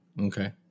Okay